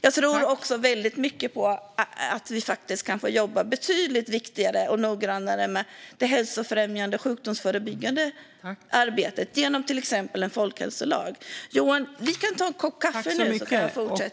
Jag tror också mycket på att jobba noggrannare med det viktiga hälsofrämjande sjukdomsförebyggande arbetet med hjälp av en folkhälsolag. Johan! Vi kan ta en kopp kaffe nu, och så kan vi fortsätta.